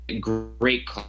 great